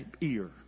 ear